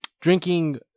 drinking